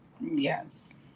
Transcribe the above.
Yes